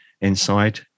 inside